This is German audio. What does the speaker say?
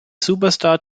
superstar